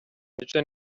mico